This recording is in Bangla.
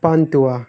পান্তুয়া